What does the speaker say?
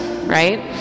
Right